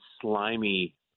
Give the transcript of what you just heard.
slimy